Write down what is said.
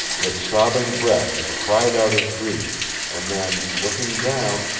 with sobbing breath he cried out his grief, and then, looking down,